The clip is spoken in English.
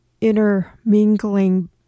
intermingling